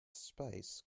spice